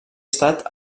estat